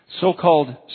So-called